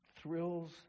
thrills